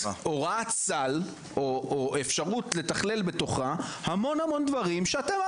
הוראת סל או אפשרות לתכלל בתוכה המון המון דברים שאתם,